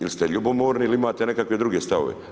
Ili ste ljubomorni ili imate nekakve druge stavove.